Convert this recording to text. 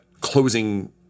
closing